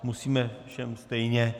Musíme všem stejně.